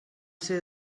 ser